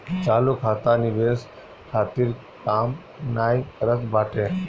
चालू खाता निवेश खातिर काम नाइ करत बाटे